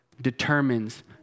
determines